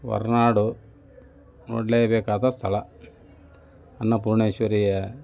ಹೊರನಾಡು ನೋಡಲೇಬೇಕಾದ ಸ್ಥಳ ಅನ್ನಪೂರ್ಣೇಶ್ವರಿಯ